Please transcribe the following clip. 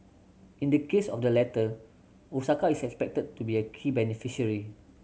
in the case of the letter Osaka is expected to be a key beneficiary